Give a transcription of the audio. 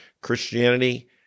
Christianity